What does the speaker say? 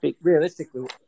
realistically